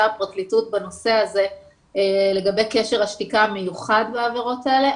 הפרקליטות בנושא הזה לגבי קשר השתיקה המיוחד בעבירות האלה.